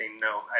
no